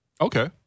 Okay